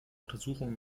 untersuchung